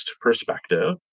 perspective